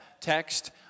text